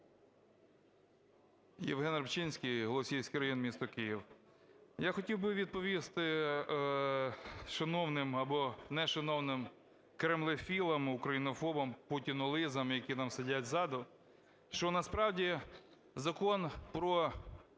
Євген Рибчинський, Голосіївський район, місто Київ. Я хотів би відповісти шановним, або нешановним, кремлефілам, українофобам, путінолизам, які там сидять ззаду, що насправді Закон про